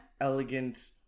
elegant